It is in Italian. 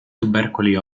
tubercoli